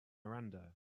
miranda